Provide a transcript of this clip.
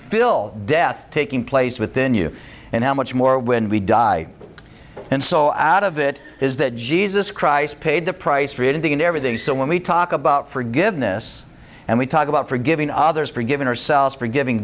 fill death taking place within you and how much more when we die and so out of it is that jesus christ paid the price for anything and everything so when we talk about forgiveness and we talk about forgiving others forgiving ourselves forgiving